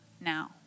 now